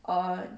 err